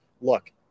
look